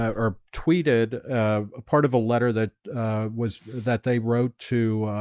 um or tweeted, ah, a part of a letter that ah was that they wrote to